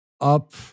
Up